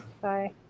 Bye